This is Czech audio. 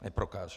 Neprokážeš.